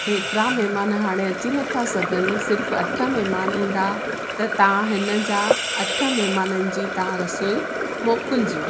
एतिरा महिमान हाणे अची नथा सघनि सिर्फ अठ महिमान ईंदा त तव्हां हिनजा अठ महिमाननि जी तव्हां रसोई मोकिलिजो